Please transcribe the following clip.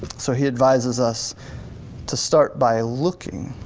so he advises us to start by looking,